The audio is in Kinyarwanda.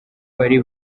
bari